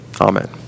Amen